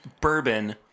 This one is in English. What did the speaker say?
bourbon